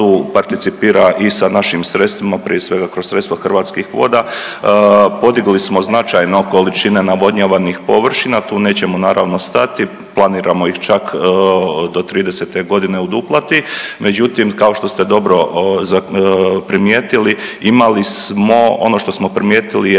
participira i sa našim sredstvima prije svega kroz sredstva Hrvatskih voda. Podigli smo značajno količine navodnjavanih površina. Tu nećemo naravno stati. Planiramo ih čak do '30. godine uduplati. Međutim, kao što ste dobro primijetili imali smo ono što smo primijetili je